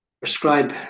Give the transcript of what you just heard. prescribe